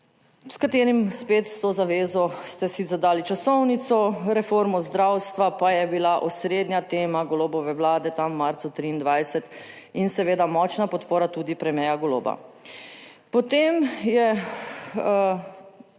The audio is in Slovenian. s katerim, spet s to zavezo ste si zadali časovnico, reformo zdravstva pa je bila osrednja tema Golobove vlade tam v marcu 2023 in seveda močna podpora tudi premierja Goloba. Potem je